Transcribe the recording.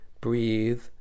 breathe